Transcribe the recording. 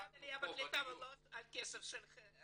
עשינו את זה בכסף ממשרד העלייה והקליטה ולא מהכסף של בנט,